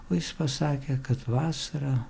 o jis pasakė kad vasarą